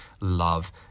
love